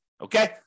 Okay